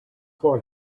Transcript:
floor